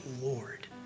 Lord